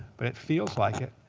but it feels like it.